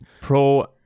pro